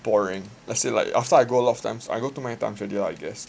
boring let's say like after I go a lot of time I go too many times ah already I guess